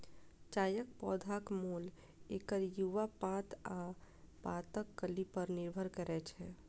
चायक पौधाक मोल एकर युवा पात आ पातक कली पर निर्भर करै छै